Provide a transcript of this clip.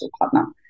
partner